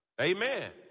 Amen